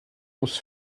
muss